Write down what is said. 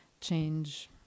change